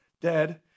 dead